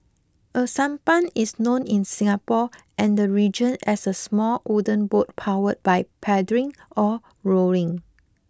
a sampan is known in Singapore and the region as a small wooden boat powered by paddling or rowing